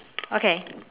okay